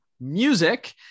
music